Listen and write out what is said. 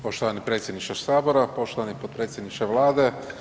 Poštovani predsjedniče Sabora, poštovani potpredsjedniče Vlade.